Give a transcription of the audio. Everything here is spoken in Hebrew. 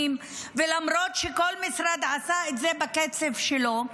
ולמרות שכל משרד עשה את זה בקצב שלו,